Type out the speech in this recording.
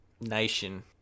Nation